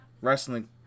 Wrestling